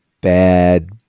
bad